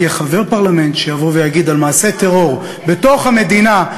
לא יהיה חבר פרלמנט שיבוא ויגיד על מעשה טרור בתוך המדינה,